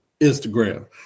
Instagram